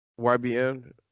YBN